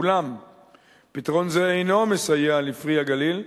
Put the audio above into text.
אולם פתרון זה אינו מסייע ל"פרי הגליל",